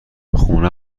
خونه